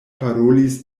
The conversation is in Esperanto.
parolis